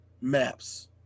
maps